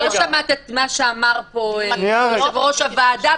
לא שמעת את מה שאמר פה כבוד יושב-ראש הוועדה.